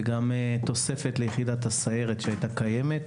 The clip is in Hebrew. וגם תוספת ליחידת הסיירת שהייתה קיימת,